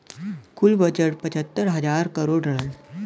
कुल बजट पचहत्तर हज़ार करोड़ रहल